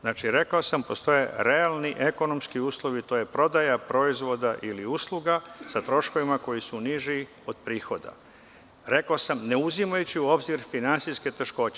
Znači, rekao sam, postoje realni ekonomski uslovi, to je prodaja proizvoda ili usluga sa troškovima koji su niži od prihoda, rekao sam, ne uzimajući u obzir finansijske teškoće.